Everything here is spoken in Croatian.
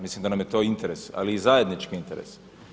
Mislim da nam je to interes, ali i zajednički interes.